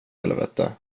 helvete